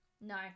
No